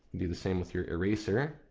the the same with your eraser